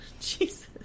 Jesus